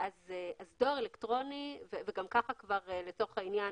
דואר אלקטרוני וגם כך לצורך העניין